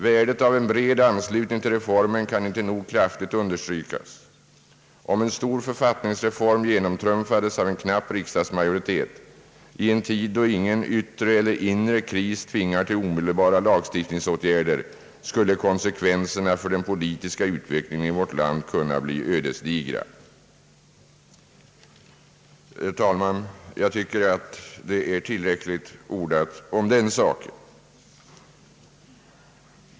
Värdet av en bred anslutning till reformen kan inte nog kraftigt understrykas. Om en stor författningsreform genomtrumfades av en knapp riksdagsmajoritet i en tid då ingen yttre eller inre kris tvingar till omedelbara lagstiftningsåtgärder skulle konsekvenserna för den politiska utvecklingen i vårt land kunna bli ödesdigra.» Jag tycker, herr talman, att det är tillräckligt ordat om den saken.